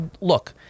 Look